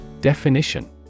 Definition